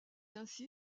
ainsi